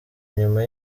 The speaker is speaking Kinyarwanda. nyuma